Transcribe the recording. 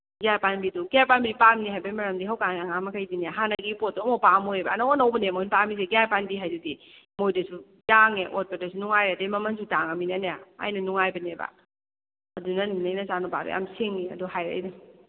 ꯒ꯭ꯌꯥꯔ ꯄꯥꯟꯕꯤꯗꯨ ꯒ꯭ꯌꯥꯔ ꯄꯥꯟꯕꯤ ꯄꯥꯝꯃꯤ ꯍꯥꯏꯕꯩ ꯃꯔꯝꯗꯤ ꯊꯧꯀꯥꯟ ꯑꯉꯥꯡ ꯃꯈꯩꯗꯤꯅꯦ ꯍꯥꯟꯅꯒꯤ ꯄꯣꯠꯇꯣ ꯑꯃꯨꯛ ꯄꯥꯝꯃꯣꯏꯕ ꯑꯅꯧ ꯑꯅꯧꯕꯅꯤ ꯃꯣꯏ ꯄꯥꯝꯃꯤꯁꯦ ꯒ꯭ꯌꯥꯔ ꯄꯥꯟꯕꯤ ꯍꯥꯏꯗꯨꯗꯤ ꯃꯣꯏꯗꯁꯨ ꯌꯥꯡꯉꯦ ꯑꯣꯠꯄꯗꯁꯨ ꯅꯨꯉꯥꯏꯔꯦ ꯑꯗꯩ ꯃꯃꯟꯁꯨ ꯇꯥꯡꯉꯝꯅꯤꯅꯅꯦ ꯑꯩꯅ ꯅꯨꯡꯉꯥꯏꯕꯅꯦꯕ ꯑꯗꯨꯅ ꯅꯣꯏ ꯅꯆꯥꯅꯨꯄꯥꯗꯨ ꯌꯥꯝ ꯁꯤꯡꯉꯤ ꯑꯗꯨ ꯍꯥꯏꯔꯛꯏꯅꯤ